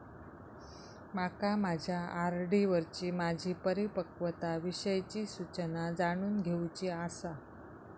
माका माझ्या आर.डी वरची माझी परिपक्वता विषयची सूचना जाणून घेवुची आसा